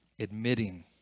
admitting